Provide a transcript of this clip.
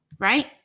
right